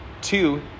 Two